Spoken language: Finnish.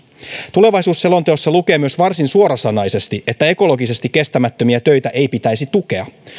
tulevaisuusselonteossa lukee myös varsin suorasanaisesti että ekologisesti kestämättömiä töitä ei pitäisi tukea